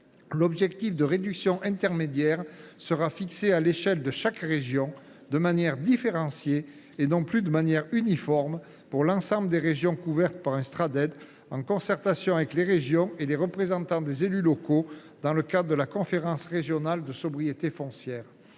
l’objectif de réduction intermédiaire sera fixé à l’échelle de chaque région, de manière différenciée, et non plus de manière uniforme pour l’ensemble des régions couvertes par un Sraddet, en concertation avec les régions et les représentants des élus locaux, dans le cadre de la conférence régionale de sobriété foncière.